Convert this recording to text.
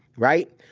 right.